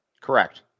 Correct